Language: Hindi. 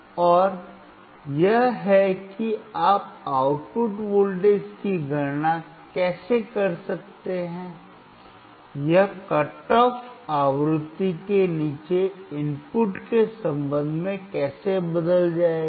और यह है कि आप आउटपुट वोल्टेज की गणना कैसे कर सकते हैं यह कट ऑफ आवृत्ति के नीचे इनपुट के संबंध में कैसे बदल जाएगा